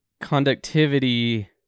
conductivity